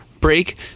break